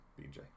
BJ